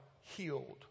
healed